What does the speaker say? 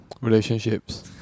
Relationships